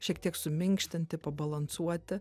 šiek tiek suminkštinti pabalansuoti